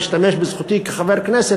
אשתמש בזכותי כחבר כנסת,